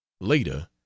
Later